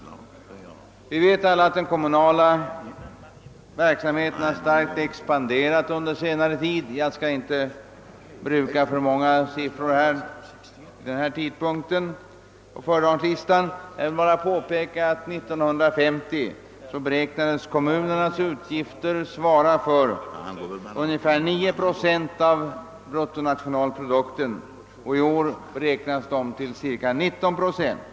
Vi vet alla att den kommunala verksamheten expanderat starkt under senare tid. Jag skall inte nämna alltför många siffror vid denna sena tidpunkt men vill påpeka att kommunernas utgifter år 1950 beräknades svara för ungefär 9 procent av bruttonationalprodukten, medan de i år beräknas uppgå till cirka 19 procent.